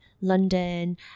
London